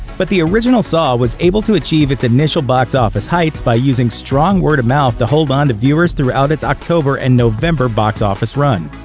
but the original saw was able to achieve its initial box office heights by using strong word-of-mouth to hold on to viewers throughout its october and november box office run.